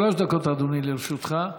שלוש דקות, אדוני, לרשותך.